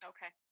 Okay